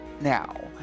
now